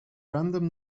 random